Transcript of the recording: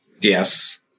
Yes